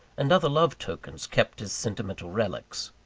and other love-tokens kept as sentimental relics.